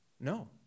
No